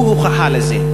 הוא הוכחה לזה.